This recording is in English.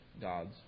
God's